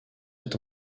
est